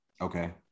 okay